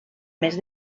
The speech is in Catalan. mes